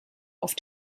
auf